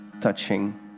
touching